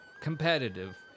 Competitive